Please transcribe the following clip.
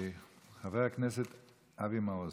חבר הכנסת אבי מעוז.